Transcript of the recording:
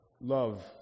Love